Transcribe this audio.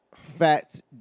Fats